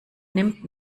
nimmt